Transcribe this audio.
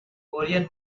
korean